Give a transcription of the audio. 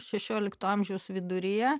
šešiolikto amžiaus viduryje